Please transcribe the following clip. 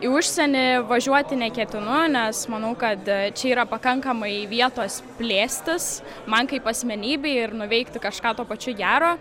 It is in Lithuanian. į užsienį važiuoti neketinu nes manau kad čia yra pakankamai vietos plėstis man kaip asmenybei ir nuveikti kažką tuo pačiu gero